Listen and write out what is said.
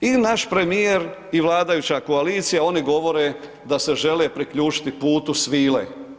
I naš premijer i vladajuća koalicija, oni govore da se žele priključiti Putu svile.